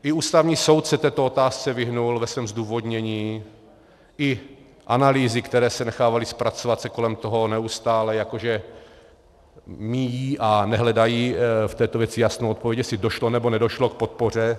I Ústavní soud se této otázce vyhnul ve svém zdůvodnění, i analýzy, které se nechávaly zpracovat, se kolem toho neustále jako že míjí a nehledají v této věci jasnou odpověď, jestli došlo, nebo nedošlo k podpoře.